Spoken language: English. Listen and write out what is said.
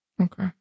Okay